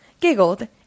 giggled